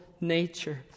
nature